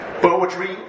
Poetry